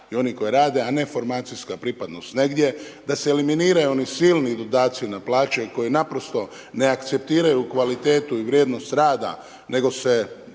i oni koji rade a ne formacijska pripadnost negdje, da se eliminiraju oni silni dodaci na plaće koji naprosto ne akceptiraju kvalitetu i vrijednost rada nego se